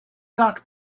that